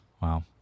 Wow